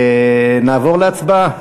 נעבור להצבעה.